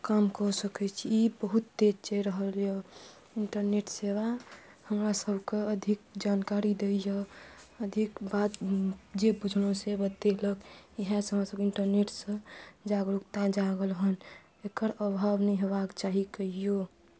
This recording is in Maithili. काम कऽ सकैत छी ई बहुत तेज चलि रहल यऽ इन्टरनेट सेवा हमरा सबके अधिक जानकारी दैया अधिक बात जे बुझलहुॅं से बतेलक इहएसँ हमरा सबके इंटरनेट सऽ जागरूकता जागल हन एकर अभाव नहि हेबाक चाही कहियो